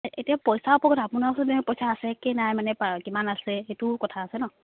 এতিয়া পইচা ওপৰত আপোনাৰ ওচৰত যে পইচা আছে কে নাই মানে কিমান আছে সেইটোও কথা আছে ন